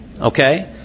okay